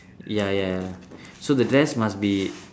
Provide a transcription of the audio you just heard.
ya ya so the dress must be